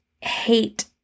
hate